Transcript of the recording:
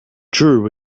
drew